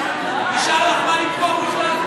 נשאר לך מה למכור בכלל?